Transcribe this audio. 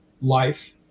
life